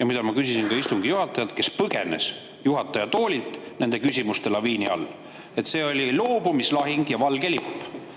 ja mida ma küsisin ka istungi juhatajalt, kes põgenes juhataja toolilt nende küsimuste laviini all. See oli loobumislahing ja valge